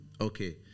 Okay